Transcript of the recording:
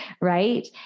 Right